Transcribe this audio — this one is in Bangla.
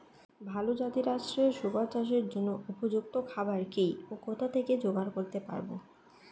ভালো জাতিরাষ্ট্রের শুকর চাষের জন্য উপযুক্ত খাবার কি ও কোথা থেকে জোগাড় করতে পারব?